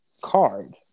card